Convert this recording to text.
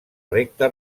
recta